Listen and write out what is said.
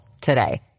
today